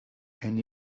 and